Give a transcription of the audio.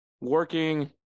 working